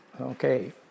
Okay